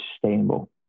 sustainable